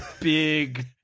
big